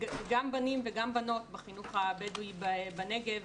גם בנים וגם בנות בחינוך הבדואי בנגב